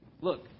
Look